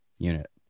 unit